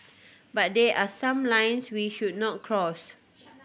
but there are some lines we should not cross